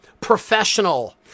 professional